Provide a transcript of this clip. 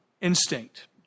instinct